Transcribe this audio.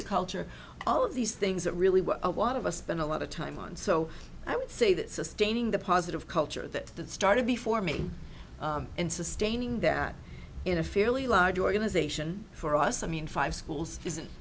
the culture all of these things that really what a lot of us spend a lot of time on so i would say that sustaining the positive culture that that started before me and sustaining that in a fairly large organization for us i mean five schools isn't